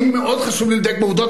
מאוד חשוב לי לדייק בעובדות,